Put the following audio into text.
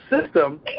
system